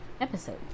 Episode